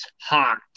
Hot